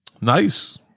Nice